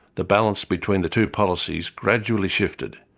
the balance between the two policies gradually shifted,